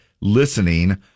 listening